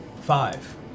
Five